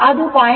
ಅದು 0